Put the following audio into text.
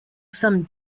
some